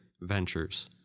ventures